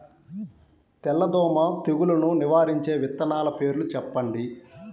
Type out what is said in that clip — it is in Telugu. తెల్లదోమ తెగులును నివారించే విత్తనాల పేర్లు చెప్పండి?